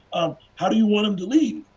how do you want them to leave.